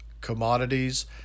commodities